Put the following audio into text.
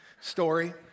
story